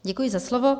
Děkuji za slovo.